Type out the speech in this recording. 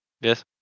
Yes